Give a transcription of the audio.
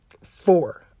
four